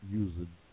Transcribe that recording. using